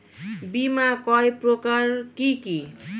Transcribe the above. বীমা কয় প্রকার কি কি?